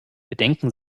bedenken